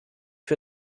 für